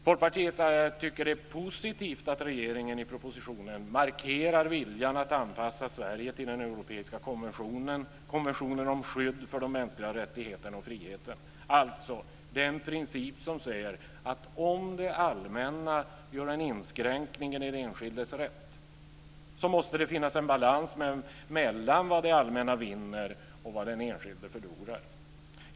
Folkpartiet tycker att det är positivt att regeringen i propositionen markerar viljan att anpassa Sverige till den europeiska konventionen om skydd för de mänskliga rättigheterna och friheten, alltså den princip som säger att om det allmänna gör en inskränkning i den enskildes rätt måste det finnas en balans mellan vad det allmänna vinner och vad den enskilde förlorar.